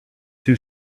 too